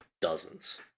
dozens